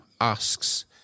asks